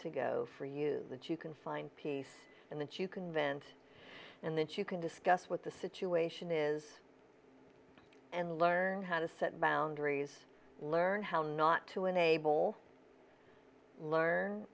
to go for you that you can find peace and that you can vent and that you can discuss what the situation is and learn how to set boundaries learn how not to enable learn